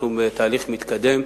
אנחנו בתהליך מתקדם.